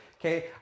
okay